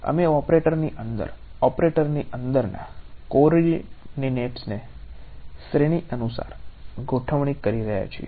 અમે ઓપરેટરની અંદર ઓપરેટરની અંદરના કોઓર્ડિનેટ્સને શ્રેણી અનુસાર ગોથવણી કરી રહ્યા છીએ